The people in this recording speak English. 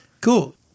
Cool